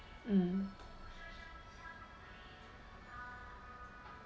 mm